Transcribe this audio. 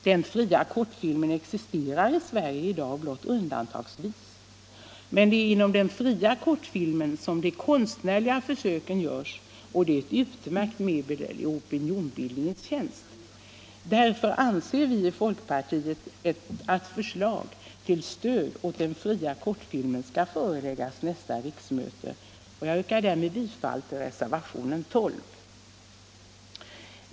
Den fria kortfilmen existerar i Sverige i dag blott undantagsvis. Men det är inom den fria kortfilmen som de konstnärliga försöken görs, och de är ett utmärkt medel i opinionsbildningens tjänst. Därför anser vi i folkpartiet att förslag till stöd åt den fria kortfilmen skall föreläggas nästa riksmöte. Jag yrkar bifall till reservationen 12.